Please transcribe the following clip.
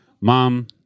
Mom